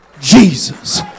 Jesus